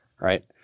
Right